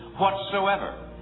whatsoever